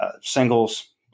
singles